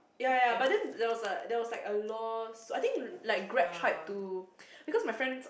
ya ya ya but then there was a there was like a law I think Grab tried to because my friend's